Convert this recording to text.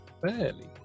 fairly